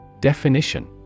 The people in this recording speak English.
Definition